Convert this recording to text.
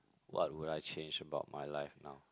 what would I change about my life now